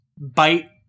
bite